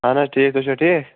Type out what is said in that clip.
اہن حظ ٹھیٖک تُہۍ چھُوا ٹھیٖک